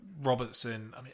Robertson